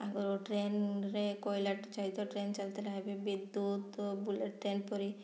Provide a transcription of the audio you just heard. ଆଗରୁ ଟ୍ରେନ୍ରେ କୋଇଲା ସହିତ ଟ୍ରେନ୍ ଚାଲୁଥିଲା ଏବେ ବିଦ୍ୟୁତ୍ ବୁଲେଟ୍ ଟ୍ରେନ୍ ପରି